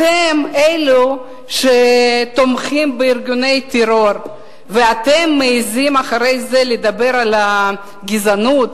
אתם אלו שתומכים בארגוני טרור ואתם מעזים אחרי זה לדבר על הגזענות.